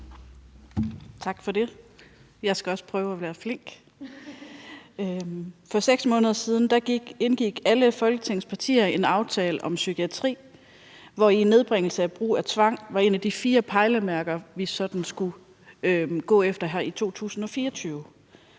Tak for det. Jeg skal også prøve at være flink. For 6 måneder siden indgik alle Folketingets partier en aftale om psykiatri, hvori nedbringelse af brug af tvang var en af de fire pejlemærker, vi skulle gå efter her i 2024.